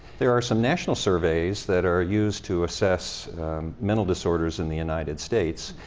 there are some national surveys that are used to assess mental disorders in the united states,